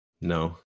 No